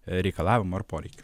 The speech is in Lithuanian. reikalavimų ar poreikių